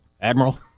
Admiral